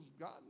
God